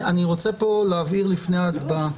אני רוצה פה להבהיר לפני הצבעה.